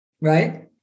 Right